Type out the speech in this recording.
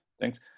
Thanks